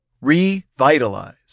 Revitalize